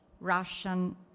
Russian